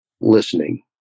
listening